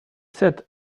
said